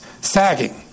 sagging